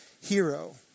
hero